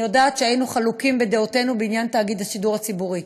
אני יודעת שהיינו חלוקים בדעותינו בעניין תאגיד השידור הציבורי.